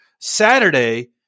Saturday